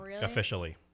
officially